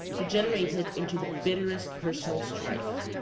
degenerated into the bitterest personal strife.